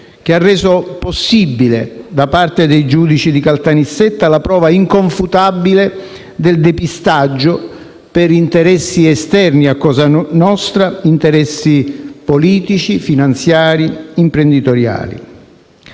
che ha reso possibile, da parte dei giudici di Caltanissetta, la prova inconfutabile del depistaggio per interessi esterni a cosa nostra: interessi politici, finanziari, imprenditoriali.